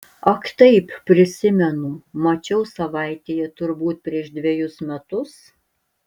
ak taip prisimenu mačiau savaitėje turbūt prieš dvejus metus